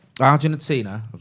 Argentina